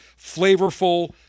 flavorful